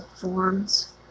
forms